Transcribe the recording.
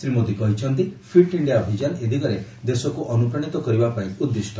ଶ୍ରୀ ମୋଦି କହିଛନ୍ତି fit India ଅଭିଯାନ ଏଦିଗରେ ଦେଶକୁ ଅନୁପ୍ରାଶିତ କରିବା ପାଇଁ ଉଦ୍ଦିଷ୍